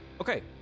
Okay